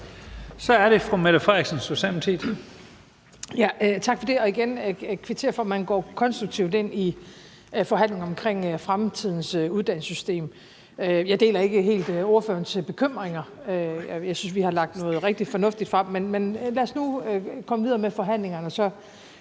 over at fru Mette Frederiksen